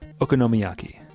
Okonomiyaki